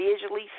visually